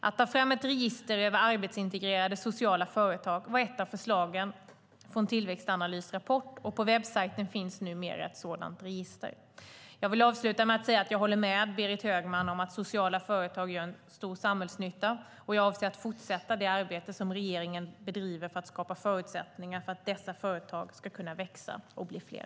Att ta fram ett register över arbetsintegrerande sociala företag var ett av förslagen från Tillväxtanalys rapport, och på webbsajten finns numera ett sådant register. Jag vill avsluta med att säga att jag håller med Berit Högman om att sociala företag gör stor samhällsnytta, och jag avser att fortsätta det arbete regeringen bedriver för att skapa förutsättningar för att dessa företag ska kunna växa och bli fler.